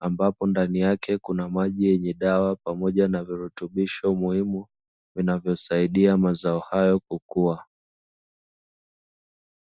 ambapo ndani yake kuna maji yenye dawa pamoja na virutubisho muhimu vinavyosahidia mazao hayo kukua.